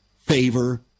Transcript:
favor